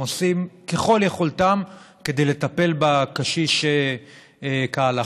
שעושים ככל יכולתם כדי לטפל בקשיש כהלכה,